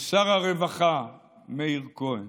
לשר הרווחה מאיר כהן,